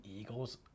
Eagles